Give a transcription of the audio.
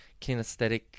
kinesthetic